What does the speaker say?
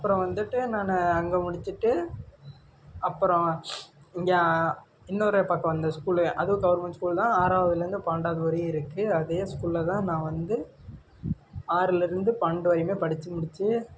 அப்புறம் வந்துவிட்டு நான் அங்கே முடிச்சுட்டு அப்புறம் இங்கே இன்னொரு பக்கம் அந்த ஸ்கூலு அதுவும் கவர்மெண்ட் ஸ்கூல் தான் ஆறாவதுலேருந்து பன்னெண்டாவது வரையும் இருக்கு அதே ஸ்கூலில் தான் நான் வந்து ஆறுலேருந்து பன்னெண்டு வரையும் படித்து முடித்து